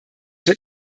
wird